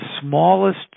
smallest